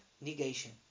negation